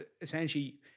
essentially